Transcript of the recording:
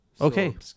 Okay